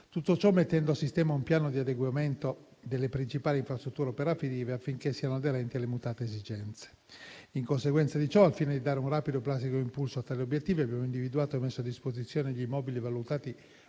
Tutto ciò avviene mettendo a sistema un piano di adeguamento delle principali infrastrutture operative, affinché siano aderenti alle mutate esigenze. In conseguenza di ciò, al fine di dare un rapido e plastico impulso a tali obiettivi, abbiamo individuato e messo a disposizione gli immobili valutati